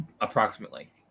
Approximately